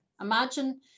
Imagine